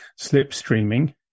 slipstreaming